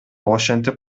ошентип